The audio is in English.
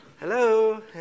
Hello